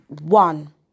One